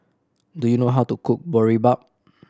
do you know how to cook Boribap